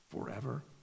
forever